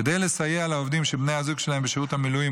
כדי לסייע לעובדים שבני הזוג שלהם בשירות מילואים